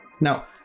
Now